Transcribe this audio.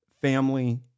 family